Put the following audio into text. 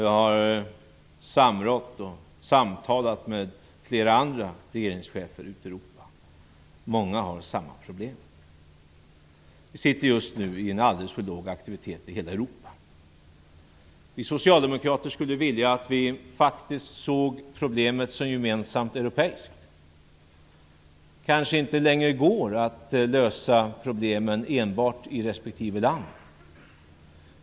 Jag har samrått och samtalat med flera andra regeringschefer ute i Europa. Många har samma problem. Vi har just nu en alldeles för låg aktivitet i hela Europa. Vi socialdemokrater skulle vilja att vi såg problemet som gemensamt europeiskt. Det kanske inte längre går att lösa problemen enbart i respektive land.